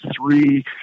three